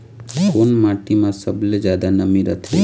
कोन माटी म सबले जादा नमी रथे?